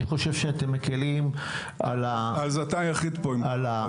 אני חושב שאתם מקלים על- -- אז אתה יחיד פה בדעה